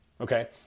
Okay